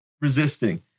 resisting